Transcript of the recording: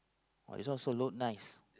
!wow! this one also look nice